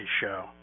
show